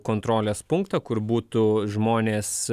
kontrolės punktą kur būtų žmonės